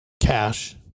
cash